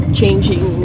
changing